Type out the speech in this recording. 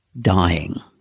dying